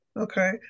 Okay